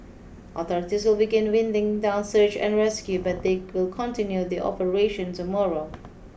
authorities will begin winding down search and rescue but they will continue the operation tomorrow